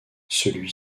celui